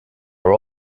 are